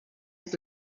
had